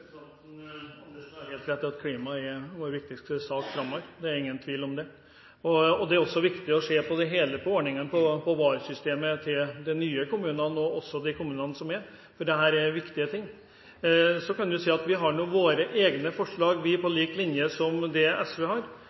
vår viktigste sak framover. Det er ingen tvil om det. Det er også viktig å se på hele ordningen med VAR-systemet til de nye kommunene og til de andre kommunene, for dette er viktige ting. Vi har våre egne forslag på lik linje med det SV har,